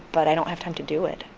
but i don't have time to do it.